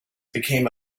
became